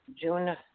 june